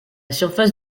surface